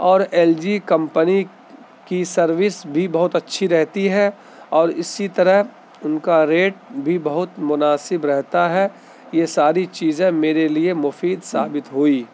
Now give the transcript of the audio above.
اور L G company کی service بھی بہت اچھی رہتی ہے اور اسی طرح ان کا ریٹ بھی بہت مناسب رہتا ہے یہ ساری چیزیں میرے لیے مفید ثابت ہوئی